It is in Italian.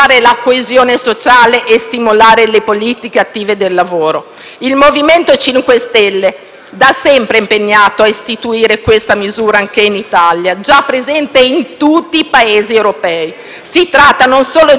Il MoVimento 5 Stelle da sempre è impegnato a istituire questa misura anche in Italia, già presente in tutti i Paesi europei. Si tratta non solo di un investimento verso le componenti più vulnerabili per far sì che